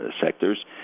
sectors